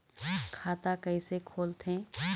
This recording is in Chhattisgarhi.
खाता कइसे खोलथें?